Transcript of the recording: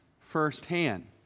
firsthand